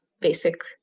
basic